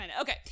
okay